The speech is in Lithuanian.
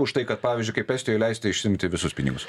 už tai kad pavyzdžiui kaip estijoj leistų išsiimti visus pinigus